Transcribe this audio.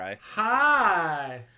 hi